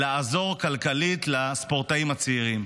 לעזור כלכלית לספורטאים הצעירים.